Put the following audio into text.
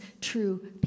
true